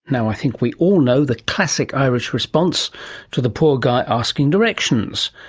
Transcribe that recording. now i think we all know that classic irish response to the poor guy asking directions.